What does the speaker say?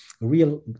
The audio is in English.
real